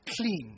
clean